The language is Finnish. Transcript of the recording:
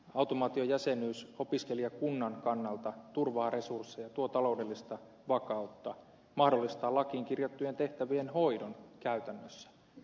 automaatiojäsenyys opiskelijakunnan kannalta turvaa resursseja tuo taloudellista vakautta mahdollistaa lakiin kirjattujen tehtävien hoidon käytännössä